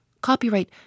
Copyright